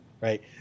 right